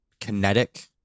kinetic